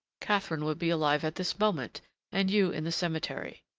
catherine would be alive at this moment and you in the cemetery.